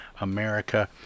America